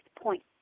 point